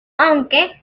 aunque